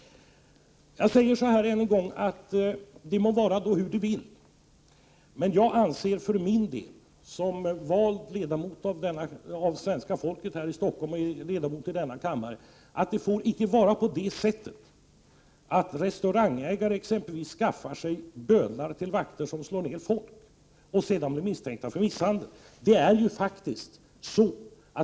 Det må vara hur det vill, men som vald representant för svenska folket och som ledamot av denna kammare, anser jag för min del att det inte skall vara tillåtet för restaurangägare att skaffa sig bödlar till vakter som slår ned folk och sedan blir misstänkta för misshandel.